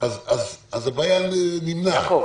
אחר